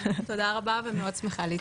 תודה רבה ומאוד שמחה להצטרף.